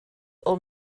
old